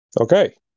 Okay